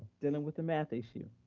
dealing with a math issue.